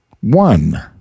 one